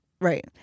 right